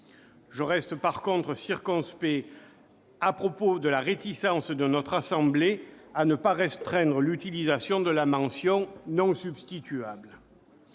je reste circonspect quant à la réticence de notre assemblée à ne pas restreindre l'utilisation de la mention « non substituable ».